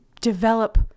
develop